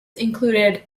included